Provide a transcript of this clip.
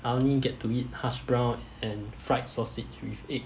I only get to eat hash brown and fried sausage with egg